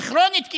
וכרונית,